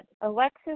Alexis